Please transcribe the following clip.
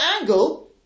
angle